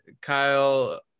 Kyle